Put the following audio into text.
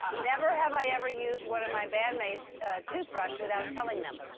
never have i ever used one of my bandmates toothbrush without telling them.